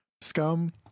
scum